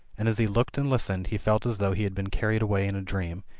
and as he looked and listened, he felt as though he had been carried away in a dream,